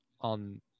on